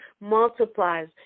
multiplies